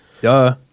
Duh